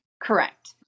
Correct